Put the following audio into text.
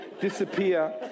Disappear